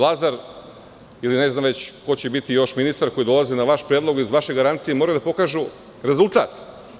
Lazar ili ne znam već ko će još biti ministar koji dolazi na vaš predlog i uz vaše garancije moraju da pokažu rezultat.